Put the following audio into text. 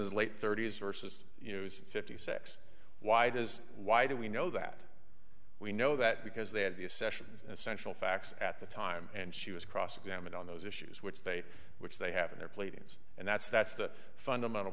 his late thirty's versus use fifty six why does why do we know that we know that because they had these sessions essential facts at the time and she was cross examined on those issues which they which they have in their pleadings and that's that's the fundamental